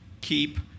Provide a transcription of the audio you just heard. keep